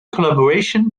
collaboration